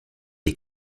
des